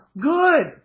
Good